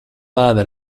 mana